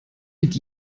mit